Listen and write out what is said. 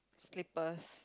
slippers